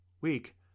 Weak